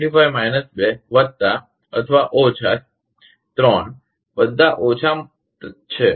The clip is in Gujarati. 25 2 વત્તા અથવા ઓછા j3 બધા ઓછા છે